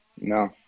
No